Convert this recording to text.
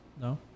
No